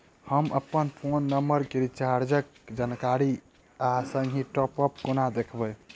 हम अप्पन phone number केँ रिचार्जक जानकारी आ संगहि टॉप अप कोना देखबै?